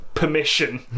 permission